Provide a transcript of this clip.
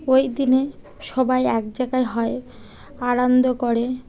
ওই দিনে সবাই এক জায়গায় হয় আনন্দ করে